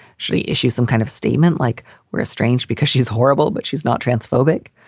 she issues some kind of statement like where a strange because she's horrible, but she's not transphobic.